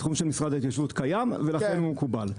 בתחום של משרד ההתיישבות קיים, ולכן הוא מקובל.